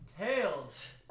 Tails